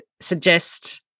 suggest